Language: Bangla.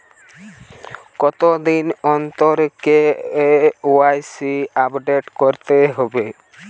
কতদিন অন্তর কে.ওয়াই.সি আপডেট করতে হবে?